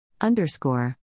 Underscore